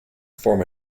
form